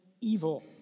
evil